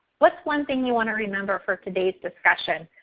what's one thing you want to remember from today's discussion?